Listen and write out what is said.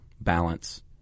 balance